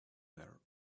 there